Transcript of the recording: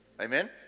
Amen